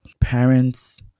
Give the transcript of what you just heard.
Parents